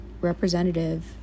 representative